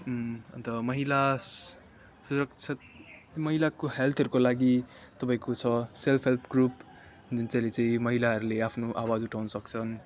अन्त महिला सुरक्षक महिलाको हेल्थहरूको लागि तपाईँको छ सेल्फ हेल्प ग्रुप जुन चाहिँले चाहिँ महिलाहरूले आफ्नो आवाज उठाउन सक्छन्